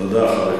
תודה.